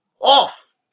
Off